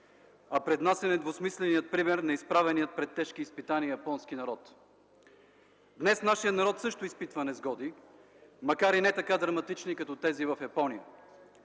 а пред нас е недвусмисленият пример на изправения пред тежки изпитания японски народ. Днес нашият народ също изпитва несгоди, макар и не така драматични като тези в Япония.